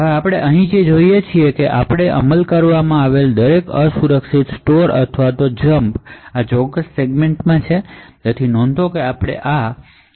હવે આપણે અહીં જે જોઈએ છીએ તે છે કે દરેક અસુરક્ષિત સ્ટોર અથવા જંપ આ સેગમેન્ટમાં છે તેનો આપણે અમલ કરી રહ્યા છીએ